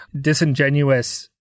disingenuous